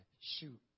shoot